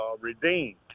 Redeemed